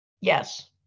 Yes